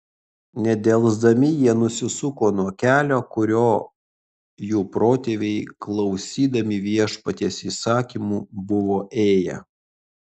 nedelsdami jie nusisuko nuo kelio kuriuo jų protėviai klausydami viešpaties įsakymų buvo ėję